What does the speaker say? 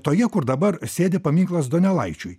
toje kur dabar sėdi paminklas donelaičiui